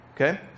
okay